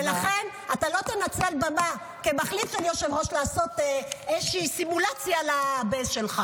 ולכן אתה לא תנצל במה כמחליף של יושב-ראש לעשות איזה סימולציה לבן שלך.